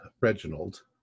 Reginald